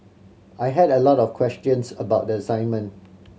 I had a lot of questions about the assignment